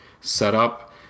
setup